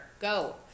Go